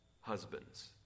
husbands